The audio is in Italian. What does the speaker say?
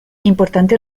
importante